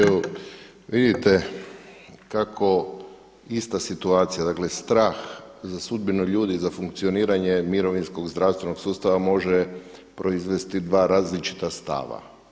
Evo vidite kako ista situacija, dakle strah za sudbinu ljudi za funkcioniranje mirovinskog, zdravstvenog sustava može proizvesti dva različita stava.